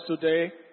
today